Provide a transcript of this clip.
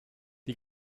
die